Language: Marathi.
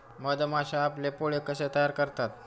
मधमाश्या आपले पोळे कसे तयार करतात?